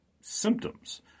symptoms